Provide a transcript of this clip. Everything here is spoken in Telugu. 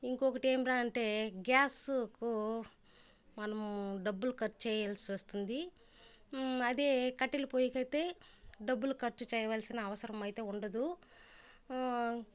ఇంకొకటి ఏమిరా అంటే గ్యాసుకు మనము డబ్బులు ఖర్చు చేయాల్సి వస్తుంది అదే కట్టెల పొయ్యకి అయితే డబ్బులు ఖర్చు చేయవలసిన అవసరం అయితే ఉండదు